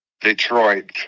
Detroit